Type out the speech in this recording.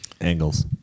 Angles